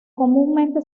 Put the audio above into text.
comúnmente